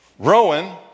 Rowan